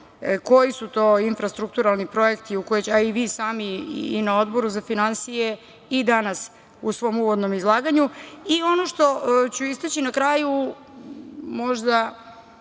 koji su to infrastrukturalni projekti, a i vi sami na Odboru za finansije i danas u svom uvodnom izlaganju. Ono što ću istaći na kraju, možda